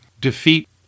defeat